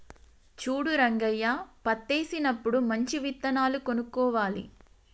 చూడు రంగయ్య పత్తేసినప్పుడు మంచి విత్తనాలు కొనుక్కోవాలి